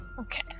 Okay